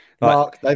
Mark